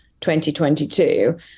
2022